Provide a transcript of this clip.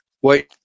white